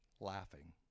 laughing